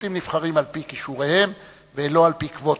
שופטים נבחרים על-פי כישוריהם ולא על-פי קווטות,